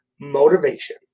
motivation